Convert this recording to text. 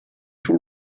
sul